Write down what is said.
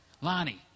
Lonnie